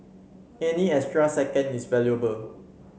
any extra second is valuable